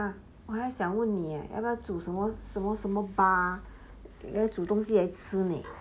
!huh! 我还想问你 eh 要不要煮什么什么什么来煮东西来吃 leh